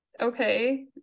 okay